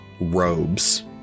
robes